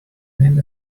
name